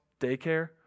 daycare